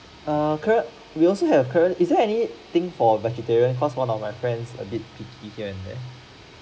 err current we also have current is there any thing for vegetarian because one of my friends a bit picky here and there